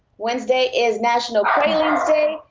wednesday is national pi day.